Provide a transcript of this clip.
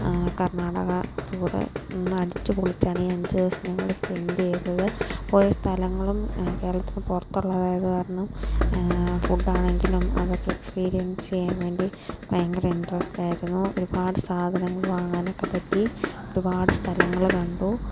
Karnataka tour അന്ന് അടിച്ചുപൊളിച്ചാണ് ഈ അഞ്ചു ദിവസം ഞങ്ങൾ സ്പെന്റ് ചെയ്തത് പോയ സ്ഥലങ്ങളും കേരളത്തിന് പുറത്തുള്ളത് ആയതു കാരണം ഫുഡ് ആണെങ്കിലും അതൊക്കെ എക്സ്പീരിയൻസ് ചെയ്യാൻ വേണ്ടി ഭയങ്കര ഇൻട്രസ്റ്റ് ആയിരുന്നു ഒരുപാട് സാധനങ്ങൾ വാങ്ങാനും ഒക്കെ പറ്റി ഒരുപാട് സ്ഥലങ്ങൾ കണ്ടു